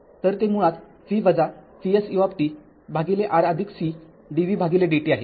तरते मुळात v Vs uR c dvdt आहे